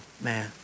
man